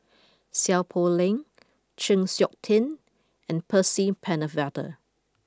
Seow Poh Leng Chng Seok Tin and Percy Pennefather